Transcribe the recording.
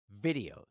videos